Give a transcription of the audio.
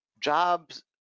jobs